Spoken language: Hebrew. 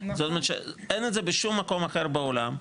זאת אומרת שאין את זה בשום מקום אחר בעולם,